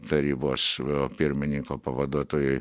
tarybos pirmininko pavaduotojui